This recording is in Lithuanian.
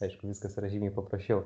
aišku viskas yra žymiai paprasčiau